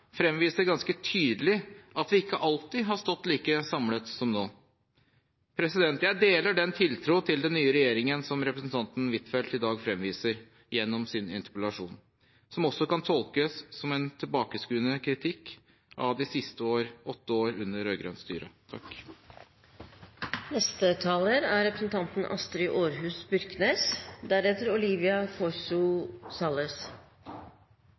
ganske tydelig at vi ikke alltid har stått like samlet som nå. Jeg deler den tiltro til den nye regjeringen som representanten Huitfeldt i dag fremviser gjennom sin interpellasjon, som også kan tolkes som en tilbakeskuende kritikk av de siste år – åtte år – under rød-grønt styre.